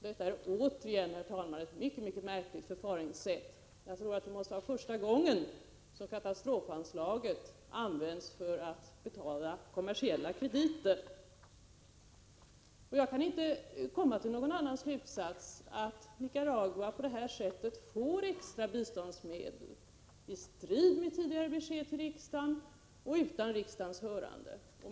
Detta är återigen, herr talman, ett mycket märkligt förfaringssätt. Det måste vara första gången som katastrofanslaget används för att betala kommersiella krediter. Jag kan inte komma till någon annan slutsats än att Nicaragua på detta sätt får extra biståndsmedel, i strid mot tidigare besked till riksdagen och utan riksdagens hörande.